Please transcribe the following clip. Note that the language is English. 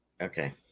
Okay